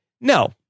No